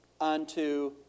Unto